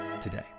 today